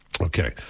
Okay